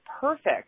perfect